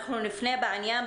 אנחנו נפנה בעניין.